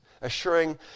assuring